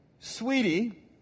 Sweetie